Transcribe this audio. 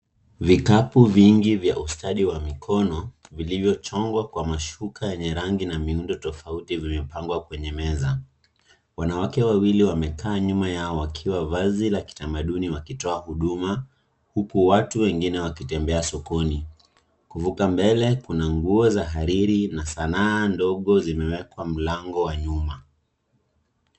Vikapu vingi vya ustadi wa mikono vilivyo chongwa kwa mashuka yenye rangi na miundo tofauti, vimepangwa kwenye meza. Wanawake wawili wamekaa nyuma yao wakiwa na vazi la kitamaduni wakitoa huduma huku watu wengine wakitembea sokoni, kuvuka mbele kuna nguo za hariri na sanaa ndogo zimewekwa mlango wa nyuma .